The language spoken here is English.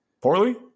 poorly